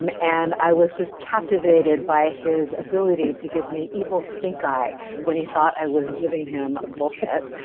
um and i was just captivated by his ability to give me evil stink-eye when he thought i was giving him bullshit.